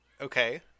okay